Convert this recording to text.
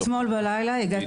אם זה